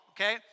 okay